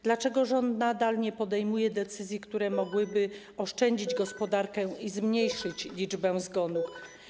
Dlaczego rząd nadal nie podejmuje decyzji, które mogłyby oszczędzić gospodarkę i zmniejszyć liczbę zgonów?